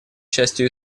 частью